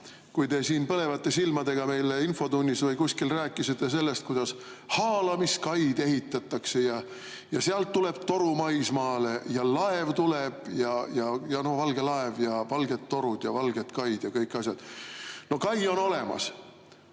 kui te siin põlevate silmadega meile infotunnis või kuskil rääkisite sellest, kuidas haalamiskaid ehitatakse ja sealt tuleb toru maismaale ja laev tuleb ja valge laev ja valged torud ja valged kaid ja kõik asjad. No kai on olemas.